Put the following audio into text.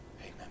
Amen